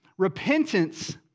Repentance